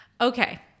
Okay